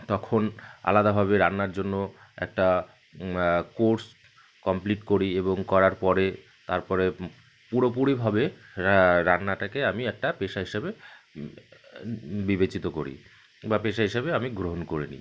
তখন আলাদাভাবে রান্নার জন্য একটা কোর্স কমপ্লিট করি এবং করার পরে তারপরে পুরোপুরিভাবে রান্নাটাকে আমি একটা পেশা হিসেবে বিবেচিত করি বা পেশা হিসেবে আমি গ্রহণ করে নিই